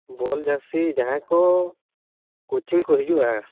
ᱵᱚᱞ ᱡᱟᱹᱨᱥᱤ ᱡᱟᱦᱟᱭ ᱠᱚ ᱠᱳᱪᱤᱝ ᱠᱚ ᱦᱤᱡᱩᱜᱼᱟ